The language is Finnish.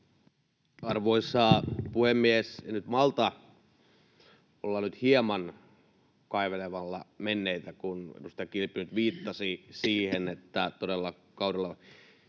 Arvoisa puhemies! En nyt malta olla hieman kaivelematta menneitä, kun edustaja Kilpi nyt viittasi siihen, että todella kaudella